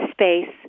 space